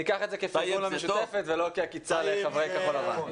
אני אקח את זה כפרגון למשותפת ולא כעקיצה לחברי כחול לבן.